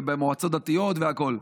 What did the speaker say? במועצות דתיות והכול.